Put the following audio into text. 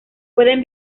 pueden